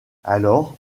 alors